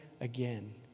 again